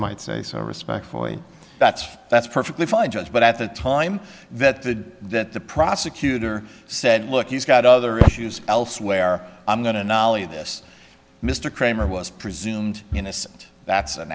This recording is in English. might say so respectfully that's that's perfectly fine just but at the time that the that the prosecutor said look he's got other issues elsewhere i'm going to naleo this mr kramer was presumed innocent that's an